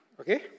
okay